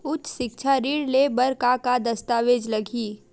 उच्च सिक्छा ऋण ले बर का का दस्तावेज लगही?